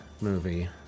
movie